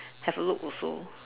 have a look also